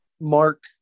Mark